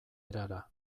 erara